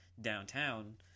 downtown